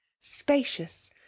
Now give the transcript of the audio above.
Spacious